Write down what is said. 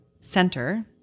center